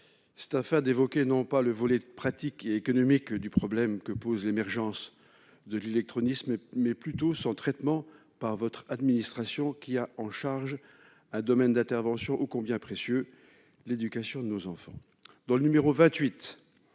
c'est afin d'évoquer, non pas le volet pratique et économique du problème que pose l'émergence de l'illectronisme, mais plutôt son traitement par votre administration, au domaine d'intervention ô combien précieux : l'éducation de nos enfants. Dans le numéro 28